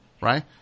Right